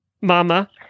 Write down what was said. Mama